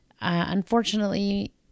unfortunately